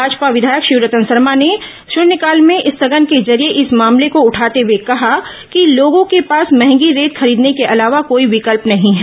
भाजपा विधायक शिवरतन शर्मा ने शून्यकाल में स्थगन के जरिये इस मामले को उठाते हुए कहा कि लोगों के पास महंगी रेत खरीदने के अलावा कोई विकल्प नहीं है